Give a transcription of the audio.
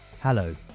Hello